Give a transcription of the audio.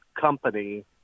company